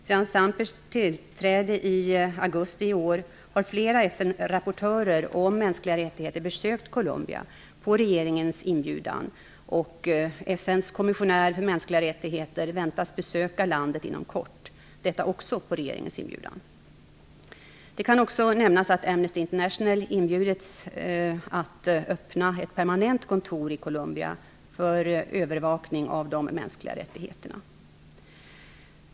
Sedan Sampers tillträde i augusti i år har flera FN-rapportörer om mänskliga rättigheter besökt Colombia på regeringens inbjudan, och FN:s kommissionär för mänskliga rättigheter väntas också på regeringens inbjudan besöka landet inom kort. Det kan också nämnas att Amnesty International bjudits in att öppna ett permanent kontor i Colombia för övervakning av de mänskliga rättigheterna.